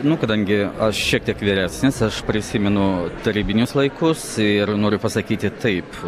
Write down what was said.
nu kadangi aš šiek tiek vyresnis aš prisimenu tarybinius laikus ir noriu pasakyti taip